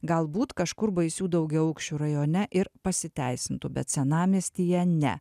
galbūt kažkur baisių daugiaaukščių rajone ir pasiteisintų bet senamiestyje ne